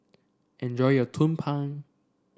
enjoy your Tumpeng